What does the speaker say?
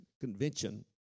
Convention